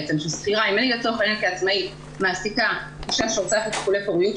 אם אני לצורך העניין כעצמאית מעסיקה אישה שעושה טיפולי פוריות,